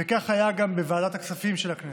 וכך היה גם בוועדת הכספים של הכנסת.